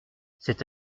c’est